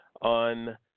on